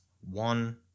one